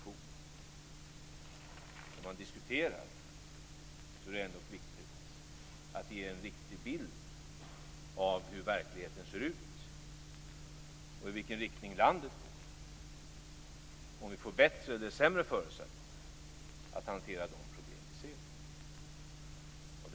Men när man diskuterar är det ändock viktigt att man ger en riktig bild av hur verkligheten ser ut, att man anger i vilken riktning landet går och om vi får bättre eller sämre förutsättningar att hantera de problem vi ser.